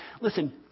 Listen